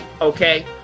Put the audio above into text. Okay